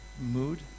mood